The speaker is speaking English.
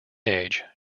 age